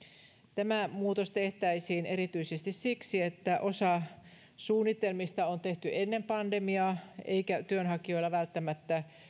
tämä muutos tehtäisiin erityisesti siksi että osa suunnitelmista on tehty ennen pandemiaa eikä työnhakijoilla välttämättä